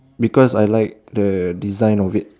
because I like the design of it